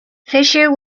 fisher